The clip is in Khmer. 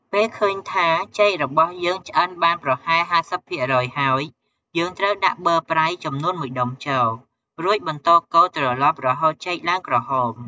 ពេលឃើញថា ចេករបស់យើងឆ្អិនបានប្រហែល ៥០ ភាគរយ ហើយ យើងត្រូវដាក់ប័រប្រៃចំនួន១ដុំចូល រួចបន្ដកូរត្រឡប់រហូតចេកឡើងក្រហម។